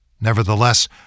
Nevertheless